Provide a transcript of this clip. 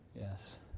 Yes